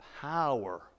power